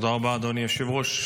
תודה רבה, אדוני היושב-ראש.